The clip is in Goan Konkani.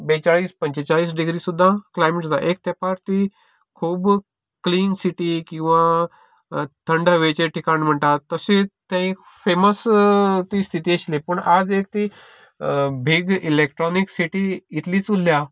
बेचाळीस पंचेचाळीस सुद्दां क्लायमेट एक तेंपार ती खूब क्लिन सिटी किंवा थंय हवेचें ठिकाण म्हणटा तशी एक तें फेमस स्थिती आशिल्ली पूण आज वेगळी इलेक्ट्रोनिक सिटी इतलीच उरल्या आनी